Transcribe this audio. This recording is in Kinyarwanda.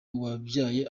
wabyaye